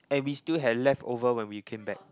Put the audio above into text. and we still had leftover when we came back